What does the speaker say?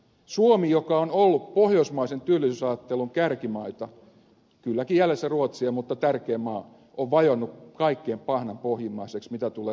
suomi joka on ollut pohjoismaisen työllisyysajattelun kärkimaita kylläkin jäljessä ruotsia mutta tärkeä maa on vajonnut kaikkein pahnanpohjimmaiseksi mitä tulee työllisyyden hoitoon